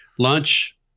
Lunch